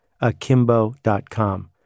akimbo.com